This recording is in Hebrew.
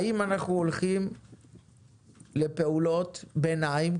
האם אנחנו הולכים לפעולות ביניים,